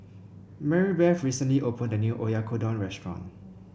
Marybeth recently opened a new Oyakodon restaurant